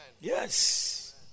yes